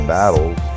battles